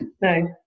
No